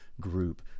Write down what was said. group